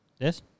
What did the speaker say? Yes